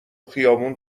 خیابون